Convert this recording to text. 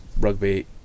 rugby